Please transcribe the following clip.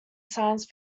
science